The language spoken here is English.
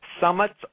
Summit's